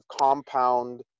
compound